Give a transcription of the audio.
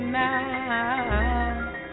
now